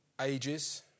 ages